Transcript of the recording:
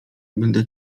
będę